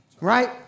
Right